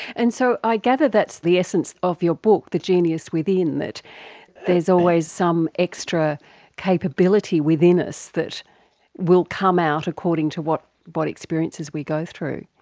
and so i gather that's the essence of your book, the genius within, that there is always some extra capability within us that will come out according to what what experiences we go through.